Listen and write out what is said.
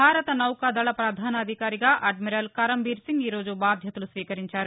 భారత నౌకాదళ ప్రధానాధికారిగా అడ్మిరల్ కరంబీర్ సింగ్ ఈ రోజు బాధ్యతలు స్వీకరించారు